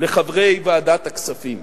לחברי ועדת הכספים.